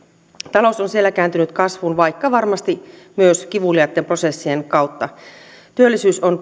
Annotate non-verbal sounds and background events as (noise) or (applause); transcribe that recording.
talous on siellä kääntynyt kasvuun vaikka varmasti myös kivuliaitten prosessien kautta työllisyys on (unintelligible)